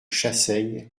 chassaigne